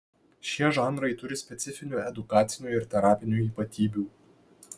šie žanrai turi specifinių edukacinių ir terapinių ypatybių